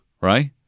Right